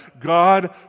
God